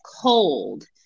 cold